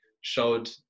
showed